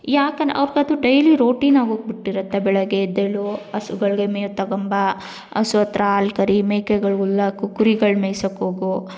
ಯಾಕನ್ ಅವ್ರಿಗದು daily routine ಆಗ್ಹೋಗಿಬಿಟ್ಟಿರತ್ತೆ ಬೆಳಗ್ಗೆ ಎದ್ದೇಳು ಹಸುಗಳ್ಗೆ ಮೇವು ತಗೊಂಬಾ ಹಸು ಹತ್ರ ಹಾಲ್ ಕರಿ ಮೇಕೆಗಳ್ಗೆ ಹುಲ್ ಹಾಕು ಕುರಿಗಳ ಮೇಯ್ಸಕ್ಕೆ ಹೋಗು